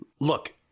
look